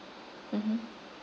mmhmm